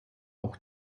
auch